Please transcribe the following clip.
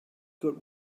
good